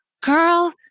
girl